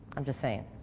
i'm just saying.